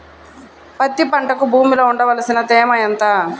పత్తి పంటకు భూమిలో ఉండవలసిన తేమ ఎంత?